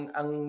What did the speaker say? ang